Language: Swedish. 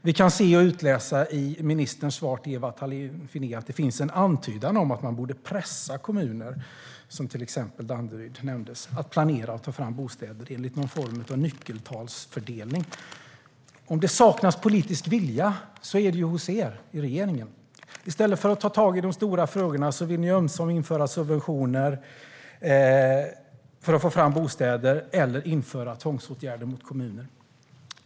Vi kan utläsa i ministerns svar till Ewa Thalén Finné att det finns en antydan om att man borde pressa kommuner - Danderyd nämndes - att planera och ta fram bostäder enligt någon form av nyckeltalsfördelning. Om det saknas politisk vilja är det hos er i regeringen. I stället för att ta tag i de stora frågorna vill ni ömsom införa subventioner för att få fram bostäder, ömsom införa tvångsåtgärder mot kommuner.